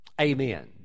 amen